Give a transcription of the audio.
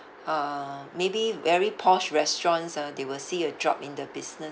uh maybe very posh restaurants ah they will see a drop in the business